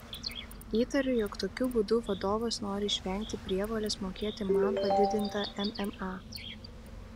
įtariu jog tokiu būdu vadovas nori išvengti prievolės mokėti man padidintą mma